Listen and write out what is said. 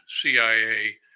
CIA